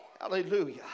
Hallelujah